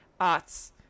arts